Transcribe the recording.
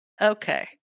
Okay